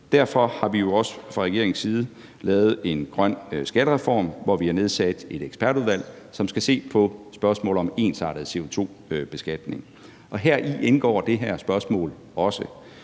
Derfor har vi også fra regeringens side lavet en grøn skattereform, hvor vi har nedsat et ekspertudvalg, som skal se på spørgsmålet om en ensartet CO2-beskatning, og heri indgår det her spørgsmål også.